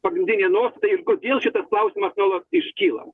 pagrindinė nuostata ir kodėl šitas klausimas nuolat iškyla